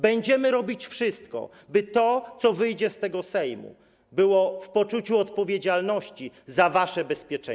Będziemy robić wszystko, by to, co wyjdzie z tego Sejmu, było w poczuciu odpowiedzialności za wasze bezpieczeństwo.